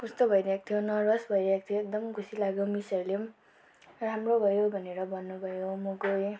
कस्तो भइरहेको थियो नर्भस भइरहेको थियो एकदम खुसी लाग्यो मिसहरूले पनि राम्रो गऱ्यौ भनेर भन्नुभयो म गएँ